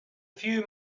few